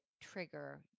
trigger